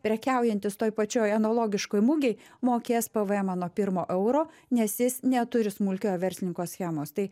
prekiaujantis toj pačioj analogiškoj mugėj mokės pvmą nuo pirmo euro nes jis neturi smulkiojo verslininko schemos tai